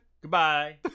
goodbye